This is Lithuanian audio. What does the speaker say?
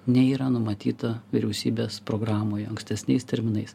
nei yra numatyta vyriausybės programoje ankstesniais terminais